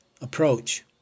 approach